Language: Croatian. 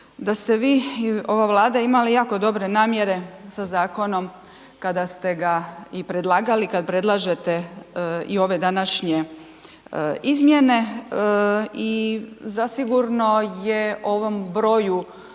da ste vi i ova Vlada imali jako dobre namjere sa zakonom kada ste ga i predlagali, kad predlažete i ove današnje izmjene i zasigurno je ovom broju